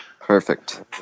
Perfect